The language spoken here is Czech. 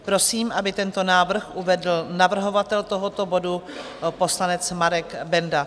Prosím, aby tento návrh uvedl navrhovatel tohoto bodu, poslanec Marek Benda.